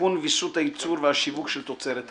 (תיקון - ויסות הייצור והשיווק של תוצרת הלול),